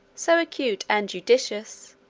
so acute and judicious,